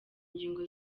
ngingo